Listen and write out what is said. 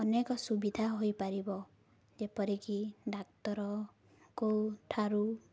ଅନେକ ସୁବିଧା ହୋଇପାରିବ ଯେପରିକି ଡାକ୍ତରଙ୍କୁ ଠାରୁ